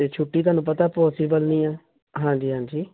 ਅਤੇ ਛੁੱਟੀ ਤੁਹਾਨੂੰ ਪਤਾ ਪੋਸੀਬਲ ਨਹੀਂ ਹੈ ਹਾਂਜੀ ਹਾਂਜੀ